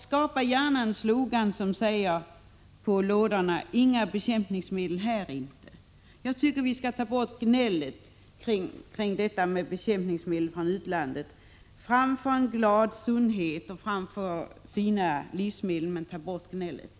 Skapa gärna en slogan på lådorna: ”Inga bekämpningsmedel här”. Jag tycker att vi skall försöka få bort gnället kring detta med bekämpningsmedel när det gäller varor som kommer från utlandet. Fram för en glad sundhet och fram för fina livsmedel, men försök få bort gnället!